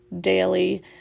daily